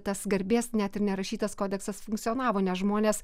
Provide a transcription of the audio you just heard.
tas garbės net ir nerašytas kodeksas funkcionavo nes žmonės